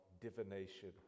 divination